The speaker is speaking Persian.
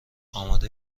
آماده